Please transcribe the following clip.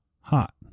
hot